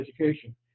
education